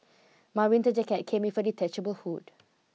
my winter jacket came with a detachable hood